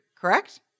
Correct